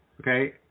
Okay